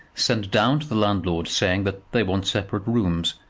send down to the landlord saying that they want separate rooms,